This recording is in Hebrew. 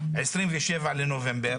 27 בנובמבר,